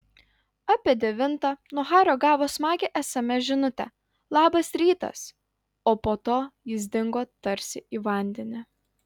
apie devintą nuo hario gavo smagią sms žinutę labas rytas o po to jis dingo tarsi į vandenį